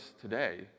today